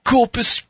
Corpus